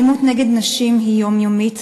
האלימות נגד נשים היא יומיומית,